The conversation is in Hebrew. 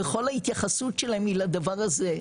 וכל ההתייחסות שלהם היא לדבר הזה.